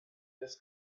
das